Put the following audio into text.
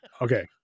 okay